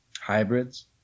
hybrids